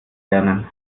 lernen